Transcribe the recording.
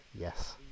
yes